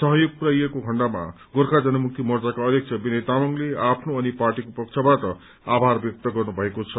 सहयोग पुरयाएको खण्डमा गोर्खा जनमुक्ति मोर्चाका अध्यक्ष विनय तामाङले आफ्नो अनि पार्टीको पक्षबाट आभार व्यक्त गर्नुभएको छ